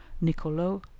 Niccolo